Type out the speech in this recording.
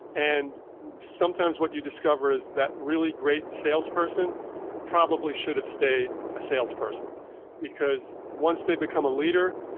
and sometimes what you discover is that really great salesperson probably should have stayed a salesperson because once they become a leader,